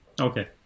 Okay